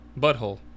butthole